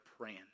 praying